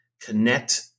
connect